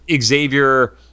Xavier